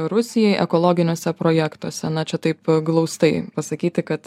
rusijai ekologiniuose projektuose na čia taip glaustai pasakyti kad